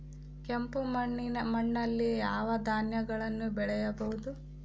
ಕೆಂಪು ಮಣ್ಣಲ್ಲಿ ಯಾವ ಧಾನ್ಯಗಳನ್ನು ಬೆಳೆಯಬಹುದು?